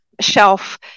shelf